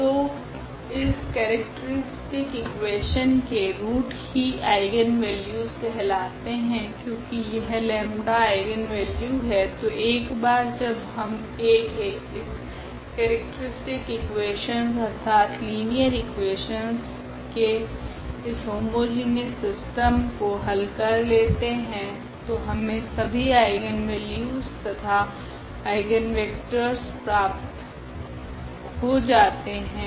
तो इस characteristic equation के रूट ही आइगनवेल्यूस कहलाते है क्योकि यह लेम्डा 𝜆 आइगनवेल्यू है तो एक बार जब हम A के इस केरेक्ट्रीस्टिक इकुवेशनस अर्थात लिनियर इकुवेशनस के इस होमोजीनियस सिस्टम को हल कर लेते है तो हमे सभी आइगनवेल्यूस तथा आइगनवेक्टरस प्राप्त हो जाते है